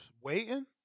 waiting